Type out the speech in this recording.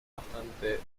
bastante